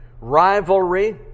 Rivalry